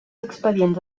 expedients